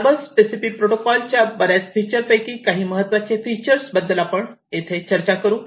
Modbus TCP protocol च्या बऱ्याच feature पैकी काही महत्त्वाचे फीचर बद्दल आपण चर्चा करू